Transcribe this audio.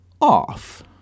off